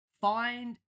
find